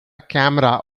camera